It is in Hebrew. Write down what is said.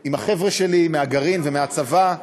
עם החבר'ה שלי מהגרעין ומהצבא,